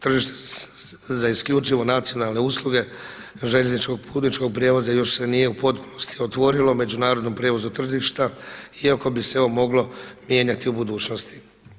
Tržište za isključivo nacionalne usluge željezničkog putničkog prijevoza još se nije u potpunosti otvorilo međunarodnom prijevozu tržišta iako bi se ovo moglo mijenjati u budućnosti.